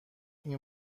این